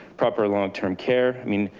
proper longterm care, i mean,